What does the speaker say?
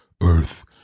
Earth